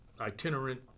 itinerant